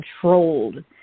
controlled